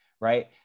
right